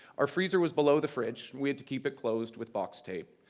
our freezer was below the fridge we had to keep it closed with box tape.